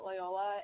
Loyola